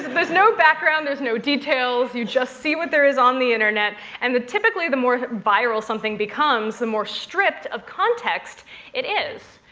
there's no background, there's no details. you just see what there is on the internet, and typically the more viral something becomes, the more stripped of context it is.